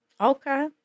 Okay